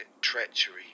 treachery